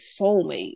soulmate